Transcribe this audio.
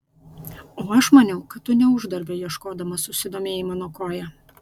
o aš maniau kad tu ne uždarbio ieškodamas susidomėjai mano koja